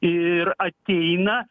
ir ateina